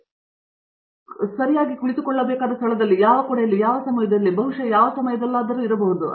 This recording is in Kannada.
ಹಾಗಾಗಿ ನಾವು ಕುಳಿತುಕೊಳ್ಳಬೇಕಾದ ಸ್ಥಳದಲ್ಲಿ ಯಾವ ಕೋಣೆಯಲ್ಲಿ ಯಾವ ಸಮಯದಲ್ಲಿ ಬಹುಶಃ ಯಾವ ಸಮಯದಲ್ಲಾದರೂ ಆಗಬೇಕು ಎಂದು ನಮಗೆ ತಿಳಿದಿದೆ